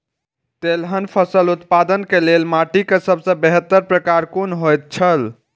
तेलहन फसल उत्पादन के लेल माटी के सबसे बेहतर प्रकार कुन होएत छल?